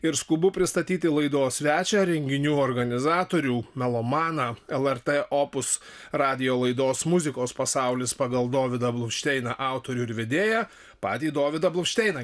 ir skubu pristatyti laidos svečią renginių organizatorių melomaną lrt opus radijo laidos muzikos pasaulis pagal dovydą bluvšteiną autorių ir vedėją patį dovydą bluvšteiną